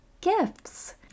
gifts